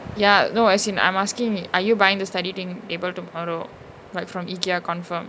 ya no as in I'm asking you are you going to buy the study table tomorrow from from ikea confirm